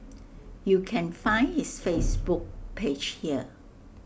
you can find his Facebook page here